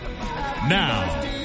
Now